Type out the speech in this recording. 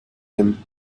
him